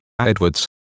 Edwards